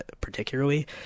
particularly